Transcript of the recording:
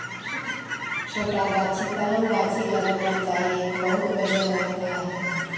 छोटा गाछी कलम गाछी लगाना चाहिए बहुत बढ़ियाँ होता है